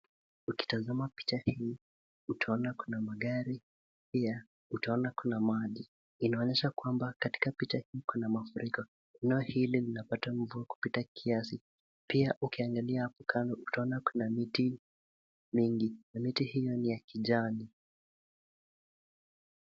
Ukitazama picha hii, utaona kuna magari, pia utaona kuna maji. Inaonyesha kwamba katika picha hii kuna mafuriko. Eneo hili linapata mvua kupita kiasi. Pia, ukiangalia hapo kando, utaona kuna miti mingi, na miti hiyo ni ya kijani.